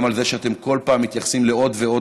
גם על זה שאתם כל פעם מתייחסים לעוד ועוד